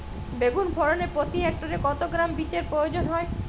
বেগুন ফলনে প্রতি হেক্টরে কত গ্রাম বীজের প্রয়োজন হয়?